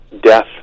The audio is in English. death